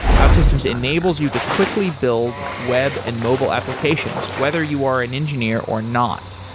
outsystems enables you to quickly build web and mobile applications, whether you are an engineer or not.